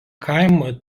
kaimo